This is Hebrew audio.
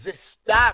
זה סתם.